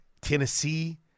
Tennessee